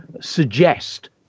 suggest